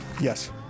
Yes